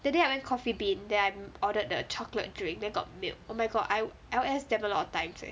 that day I went Coffee Bean then I ordered the chocolate drink then got milk oh my god I I is damn a lot of times eh